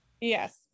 Yes